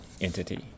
entity